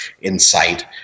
insight